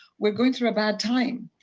we're going through a bad time.